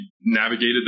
navigated